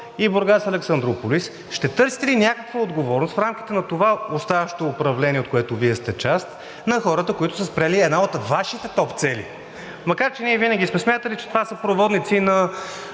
и Бургас –Александруполис – ще търсите ли някаква отговорност в рамките на това оставащо управление, от което Вие сте част, на хората, които са спрели една от Вашите топ цели? Макар че ние винаги сме смятали, че това са проводници на